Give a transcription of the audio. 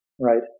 right